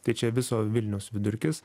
tai čia viso vilniaus vidurkis